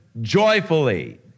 joyfully